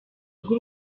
rw’u